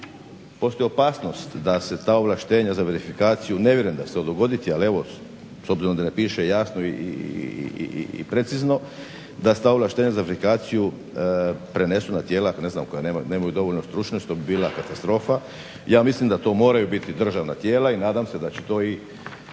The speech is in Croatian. Postoji opasnost da se ta ovlaštenja za verifikaciju, ne vjerujem da će se to dogoditi, ali evo s obzirom da ne piše jasno i precizno, da se ta ovlaštenja za aplikaciju prenesu na tijelu ne znam koja nemaju dovoljnu stručnost, to bi bila katastrofa. Ja mislim da to moraju biti državna tijela i nadam se da će to i